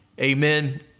Amen